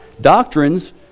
doctrines